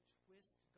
twist